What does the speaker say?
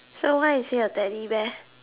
so why is he a Teddy bear